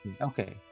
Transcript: Okay